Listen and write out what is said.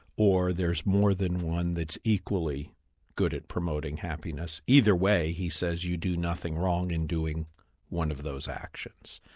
or there's more than one that's equally good at promoting happiness. either way he says you do nothing wrong in doing one of those actions.